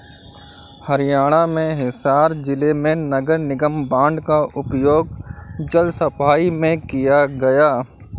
हरियाणा में हिसार जिले में नगर निगम बॉन्ड का उपयोग जल सफाई में किया गया